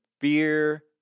fear